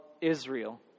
Israel